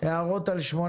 הערות על 18